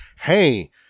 hey